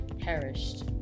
perished